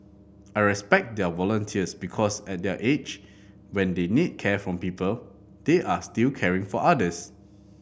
I respect their volunteers because at their age when they need care from people they are still caring for others